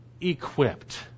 equipped